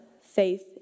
faith